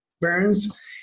burns